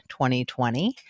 2020